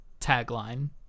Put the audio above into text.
tagline